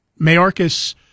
Mayorkas